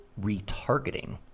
retargeting